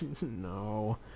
No